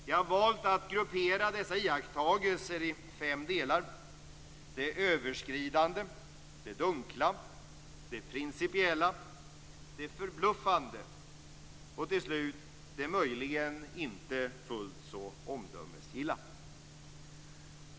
Jag har valt att gruppera dessa iakttagelser i fem delar: det överskridande, det dunkla, det principiella, det förbluffande och till slut det möjligen inte fullt så omdömesgilla.